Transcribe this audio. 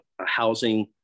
housing